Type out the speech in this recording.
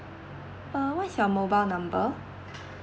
uh what is your mobile number